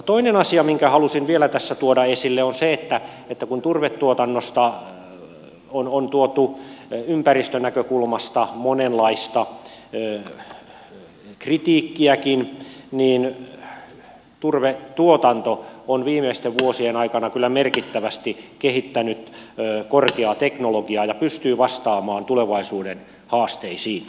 toinen asia minkä halusin vielä tässä tuoda esille on se kun turvetuotannosta on tuotu ympäristönäkökulmasta monenlaista kritiikkiäkin että turvetuotanto on viimeisten vuosien aikana kyllä merkittävästi kehittänyt korkeaa teknologiaa ja pystyy vastaamaan tulevaisuuden haasteisiin